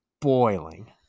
boiling